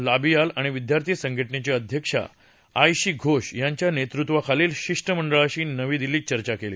लाबियाल आणि विद्यार्थी संघटनेची अध्यक्ष आईशी घोष यांच्या नेतृत्वाखालील शिष्टमंडळाशी नवी दिल्लीत चर्चा केली